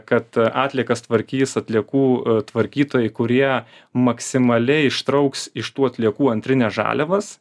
kad atliekas tvarkys atliekų tvarkytojai kurie maksimaliai ištrauks iš tų atliekų antrines žaliavas